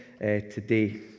today